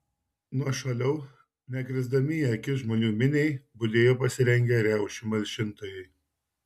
nuošaliau nekrisdami į akis žmonių miniai budėjo pasirengę riaušių malšintojai